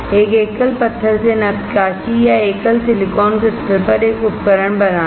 एक एकल पत्थर से नक्काशी या एक एकल सिलिकॉन क्रिस्टल पर एक उपकरण बनाना